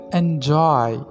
enjoy